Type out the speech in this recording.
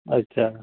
ᱟᱪᱪᱷᱟ